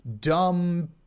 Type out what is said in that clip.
dumb